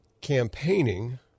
campaigning –